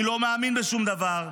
כי הוא לא מאמין בשום דבר.